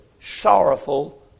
sorrowful